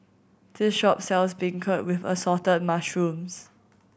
this shop sells beancurd with Assorted Mushrooms